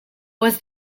was